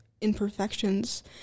imperfections